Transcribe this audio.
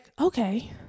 okay